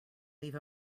leave